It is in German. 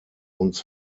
uns